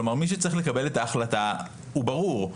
כלומר מי שצריך לקבל את ההחלטה הוא ברור,